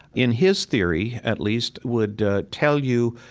in his theory at least, would tell you,